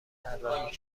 طراحی